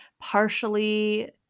partially